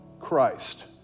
Christ